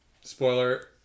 Spoiler